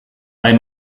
bei